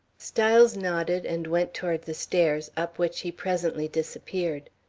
styles nodded, and went toward the stairs, up which he presently disappeared.